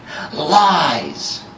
lies